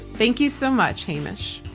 thank you so much hamish.